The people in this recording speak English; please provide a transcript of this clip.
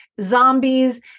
zombies